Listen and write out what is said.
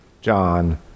John